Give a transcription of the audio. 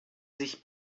sich